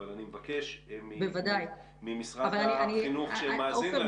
אבל אני מבקש ממשרד החינוך שמאזין לנו --- בוודאי.